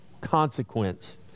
consequence